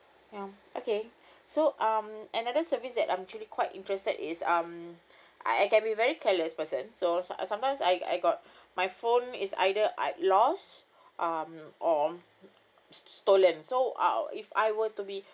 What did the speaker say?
ya okay so um another service that I'm actually quite interested is um I can be very careless person so some~ sometimes I I got my phone is either I lost um or s~ stolen so uh if I were to be